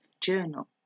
journal